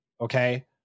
okay